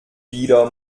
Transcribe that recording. wieder